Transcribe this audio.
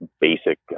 basic